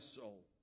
soul